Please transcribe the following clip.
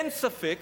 אין ספק